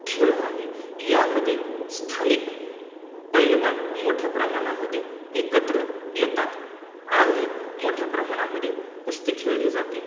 खेळ आहे यामध्ये स्थानिक पैलवान मोठ्या प्रमाणामध्ये एकत्र येतात आणि मोठ्या प्रमाणामध्ये कुस्ती खेळली जाते